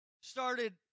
started